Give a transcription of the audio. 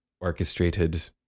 orchestrated